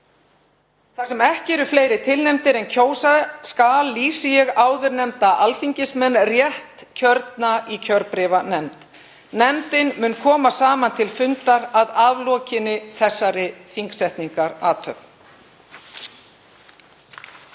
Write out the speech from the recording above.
Þar sem ekki eru fleiri tilnefndir en kjósa skal lýsi ég áðurnefnda alþingismenn réttkjörna í kjörbréfanefnd. Nefndin mun koma saman til fundar að aflokinni þessari þingsetningarathöfn.